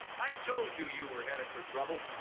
i told you you were headed for trouble.